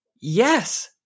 yes